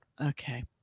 Okay